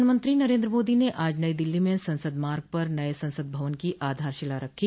प्रधानमंत्री नरेंद्र मोदी ने आज नई दिल्ली में संसद मार्ग पर नये संसद भवन की आधारशिला रखी